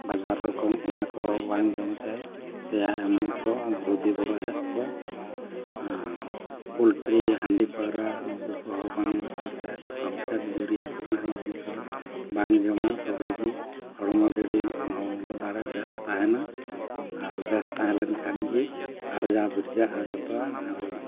ᱵᱟᱡᱟᱨ ᱨᱚᱠᱚᱢ ᱚᱱᱟ ᱠᱚᱦᱚᱸ ᱵᱟᱝ ᱡᱚᱢ ᱪᱟᱦᱮ ᱥᱮᱭᱟ ᱮᱢᱟᱱ ᱠᱚ ᱨᱩᱫᱤ ᱵᱚᱨᱚᱡᱟᱜ ᱠᱚ ᱟᱨ ᱯᱳᱞᱴᱨᱤ ᱦᱟᱺᱰᱤ ᱯᱟᱹᱣᱨᱟᱹ ᱱᱩᱠᱩ ᱠᱚᱦᱚᱸ ᱵᱟᱝ ᱵᱮᱥᱟ ᱥᱟᱞᱯᱷᱮᱴ ᱤᱭᱩᱨᱤᱭᱟ ᱠᱚ ᱨᱮᱱᱟᱜ ᱡᱤᱱᱤᱥ ᱦᱚᱸ ᱵᱟᱝ ᱡᱚᱢᱟ ᱛᱚᱵᱮ ᱜᱮ ᱦᱚᱲᱢᱚ ᱫᱟᱲᱮ ᱦᱚᱲᱢᱚ ᱫᱟᱲᱮ ᱵᱮᱥ ᱛᱟᱦᱮᱱᱟ ᱟᱨ ᱵᱮᱥ ᱛᱟᱦᱮᱸ ᱞᱮᱱ ᱠᱷᱟᱱ ᱜᱮ ᱟᱨᱡᱟᱣ ᱵᱤᱨᱡᱟᱹᱜᱼᱟ ᱡᱷᱚᱛᱚᱣᱟᱜ ᱟᱨ